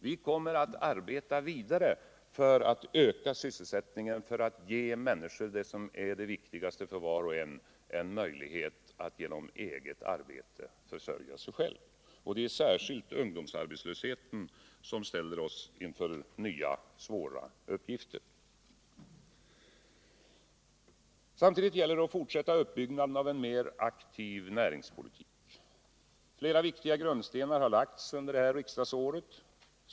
Vi kommer att arbeta vidare för att öka sysselsättningen och ge människor det som är det viktigaste för var och en: en möjlighet att genom eget arbete försörja sig själv. Det är särskilt ungdomsarbetslösheten som ställer oss inför nya svåra uppgifter. Samtidigt gäller det att fortsätta uppbyggnaden av en mer aktiv näringspolitik. Flera viktiga grundstenar har lagts under det här riksdagsåret.